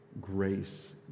Grace